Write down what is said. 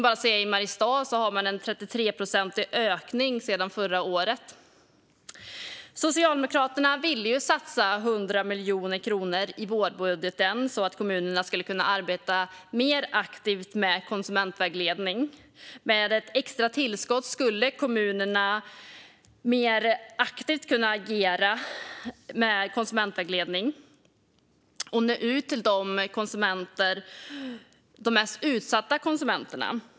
Bara i Mariestad har man sett en ökning med 33 procent sedan förra året. Socialdemokraterna ville satsa 100 miljoner kronor i vårbudgeten för att kommunerna skulle kunna arbeta mer aktivt med konsumentvägledning. Med ett extra tillskott skulle kommunerna kunna agera mer aktivt med konsumentvägledning och nå ut till de mest utsatta konsumenterna.